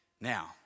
Now